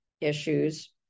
issues